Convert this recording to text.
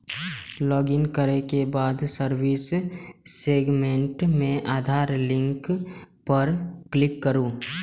login करै के बाद सर्विस सेगमेंट मे आधार लिंक पर क्लिक करू